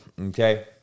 okay